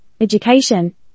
education